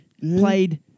played